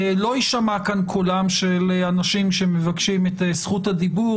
לא יישמע כאן קולם של אנשים שמקשים את זכות הדיבור,